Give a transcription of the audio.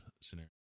scenario